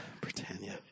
Britannia